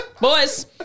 Boys